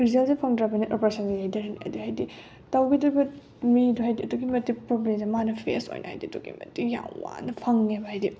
ꯔꯤꯖꯜꯁꯦ ꯐꯪꯗ꯭ꯔꯕꯅꯤꯅ ꯑꯣꯄ꯭ꯔꯦꯁꯟꯁꯦ ꯌꯩꯊꯔꯅꯤ ꯑꯗꯣ ꯍꯥꯏꯗꯤ ꯇꯧꯒꯤꯗꯣꯏꯕ ꯃꯤꯗꯣ ꯍꯥꯏꯗꯤ ꯑꯗꯨꯛꯀꯤ ꯃꯇꯤꯛ ꯄ꯭ꯔꯣꯕ꯭ꯂꯦꯁꯦ ꯃꯥꯅ ꯐꯦꯁ ꯑꯣꯏꯅ ꯍꯥꯏꯗꯤ ꯑꯗꯨꯛꯀꯤ ꯃꯇꯤꯛ ꯌꯥꯝ ꯋꯥꯅ ꯐꯪꯉꯦꯕ ꯍꯥꯏꯗꯤ